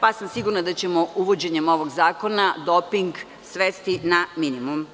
pa sam sigurna da ćemo uvođenjem ovog zakona doping svesti na minimum.